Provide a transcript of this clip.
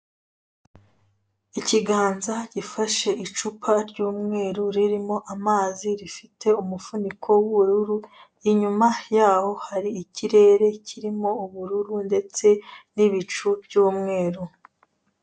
Ikiganza gifashe icupa ry'umweru ririmo amazi rifite umufuniko w'ubururu, inyuma yaho hari ikirere kirimo ubururu ndetse n'ibicu by'umweru.